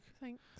Thanks